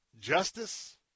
justice